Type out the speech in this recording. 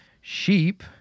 sheep